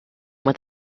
with